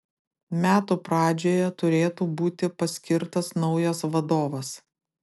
metų pradžioje turėtų būti paskirtas naujas vadovas